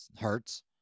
hurts